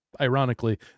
ironically